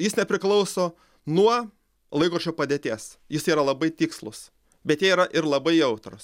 jis nepriklauso nuo laikrodžio padėties jis yra labai tikslus bet jie yra ir labai jautrūs